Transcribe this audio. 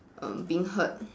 um being hurt